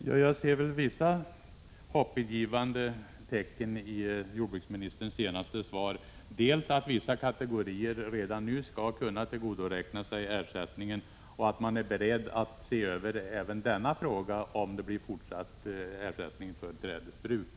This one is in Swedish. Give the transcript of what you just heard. Herr talman! Jag ser väl en del hoppingivande tecken i jordbruksministerns senaste inlägg, dels att vissa kategorier redan nu skall kunna få tillgodoräkna sig ersättningen, dels att regeringen är beredd att se över även denna fråga, om ersättning för trädesbruk kommer att utbetalas också i fortsättningen.